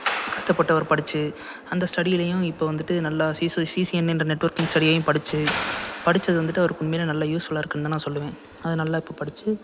கஷ்டப்பட்டு அவர் படித்து அந்த ஸ்டடிலேயும் இப்போ வந்துட்டு நல்லா சீச சிசிஎன்ஏ என்ற நெட்ஒர்க்கிங் ஸ்டடியையும் படித்து படித்தது வந்துட்டு அவருக்கு உண்மையிலே நல்ல யூஸ்ஃபுல்லாக இருக்குதுன்னு தான் நான் சொல்லுவேன் அது நல்லா இப்போ படித்து